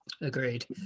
Agreed